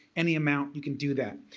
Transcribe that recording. any amount you can do that.